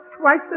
twice